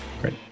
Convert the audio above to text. Great